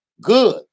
good